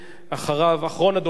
חבר הכנסת ישראל אייכלר,